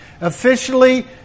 Officially